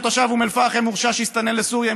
כשתושב אום אל-פחם הורשע שהסתנן לסוריה עם